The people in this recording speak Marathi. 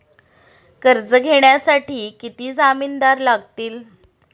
कर्ज घेण्यासाठी किती जामिनदार लागतील?